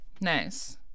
nice